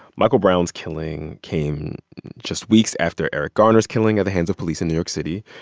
michael brown's killing came just weeks after eric garner's killing at the hands of police in new york city.